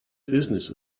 business